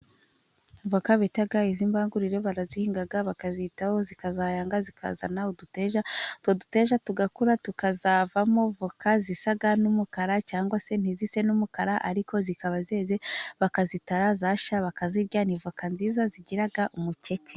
Voka bita izimbangurire, barazihinga bakazitaho, zikazayanga, zikazana uduteja, utwo dutesha tugakura tukazavamo voka zisa n'umukara, cyangwa se ntizise n'umukara, ariko zikaba zeze, bakazitara, zashya bakazirya, nivoka nziza zigiraga umukeke.